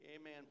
Amen